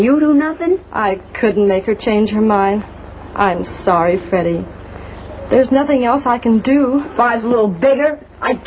you do nothing i couldn't make her change her mind i'm sorry freddy there's nothing else i can do five little better i'd